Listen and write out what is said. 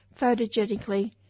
photogenically